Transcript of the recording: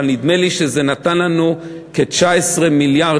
אבל נדמה לי שזה נתן לנו כ-19 מיליארד